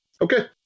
Okay